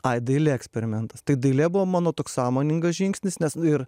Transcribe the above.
ai dailė eksperimentas tai dailė buvo mano toks sąmoningas žingsnis nes ir